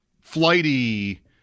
flighty